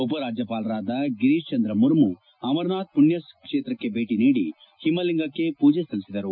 ಉಪರಾಜ್ಯಪಾಲರಾದ ಗಿರೀತ್ ಚಂದ್ರ ಮುರ್ಮು ಅಮರನಾಥ್ ಪುಣ್ಣಸ್ಗಳಕ್ಕೆ ಭೇಟಿ ನೀಡಿ ಹಿಮಲಿಂಗಕ್ಕೆ ಪೂಜಿ ಸಲ್ಲಿಸಿದರು